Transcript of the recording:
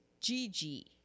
Gigi